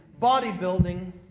bodybuilding